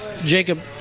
Jacob